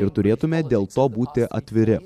ir turėtume dėl to būti atviri